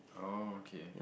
okay